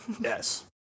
Yes